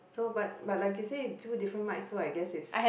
so but but like you say it's two different mic so I guess it's